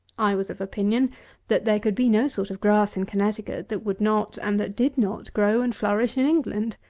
i was of opinion that there could be no sort of grass in connecticut that would not, and that did not, grow and flourish in england.